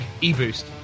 e-boost